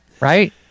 Right